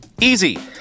Easy